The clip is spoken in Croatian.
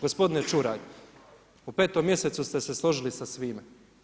Gospodine Čuraj, u 5. mjesecu ste se složili sa svime.